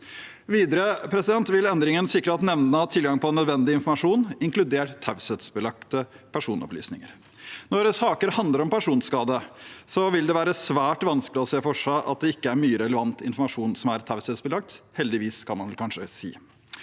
Videre vil endringene sikre at nemndene har tilgang på nødvendig informasjon, inkludert taushetsbelagte personopplysninger. Når saker handler om personskade, vil det være svært vanskelig å se for seg at det ikke er mye relevant informasjon som er taushetsbelagt – heldigvis, kan man kanskje si.